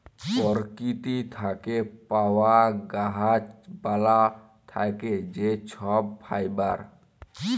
পরকিতি থ্যাকে পাউয়া গাহাচ পালা থ্যাকে যে ছব ফাইবার